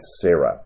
Sarah